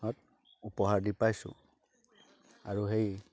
উপহাৰ দি পাইছোঁ আৰু সেই